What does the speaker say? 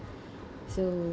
so